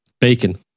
Bacon